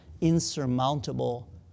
insurmountable